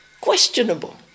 questionable